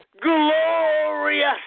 glorious